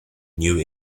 new